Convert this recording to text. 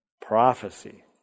prophecy